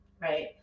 right